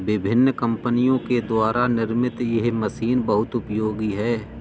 विभिन्न कम्पनियों के द्वारा निर्मित यह मशीन बहुत उपयोगी है